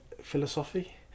philosophy